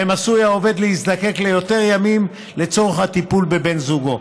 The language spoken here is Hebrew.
עשוי העובד להזדקק ליותר ימים לצורך הטיפול בבן זוגו.